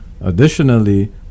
Additionally